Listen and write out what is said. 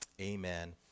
amen